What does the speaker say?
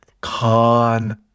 Con